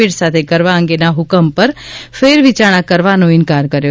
પેટ સાથે કરવા અંગેના હુકમ ઉપર ફેરવિચારણા કરવાનો ઇન્કાર કર્યો